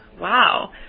Wow